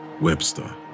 Webster